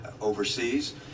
overseas